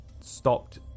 stopped